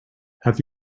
have